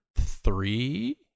three